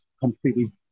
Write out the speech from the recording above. completely